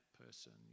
person